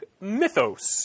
mythos